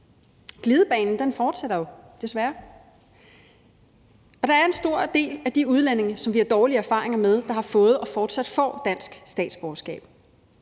Glidebanen fortsætter jo desværre. Der er en stor del af de udlændinge, som vi har dårlige erfaringer med, der har fået og fortsat får dansk statsborgerskab.